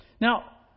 Now